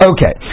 Okay